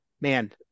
man